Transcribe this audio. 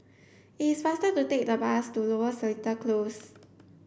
it's faster to take the bus to Lower Seletar Close